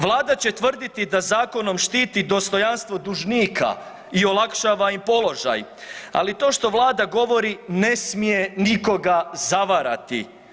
Vlada će tvrditi da zakonom štiti dostojanstvo dužnika i olakšava im položaj, ali to što Vlada govori ne smije nikoga zavarati.